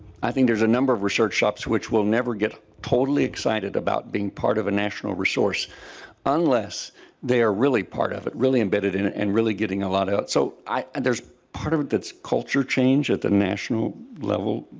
i think there's a number of shops which will never get totally excited about being part of a national resource unless they are really part of it really embedded in it. and really getting a lot out so i and there's part of it that's culture change at the national level,